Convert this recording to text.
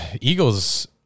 Eagles